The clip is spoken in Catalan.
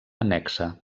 annexa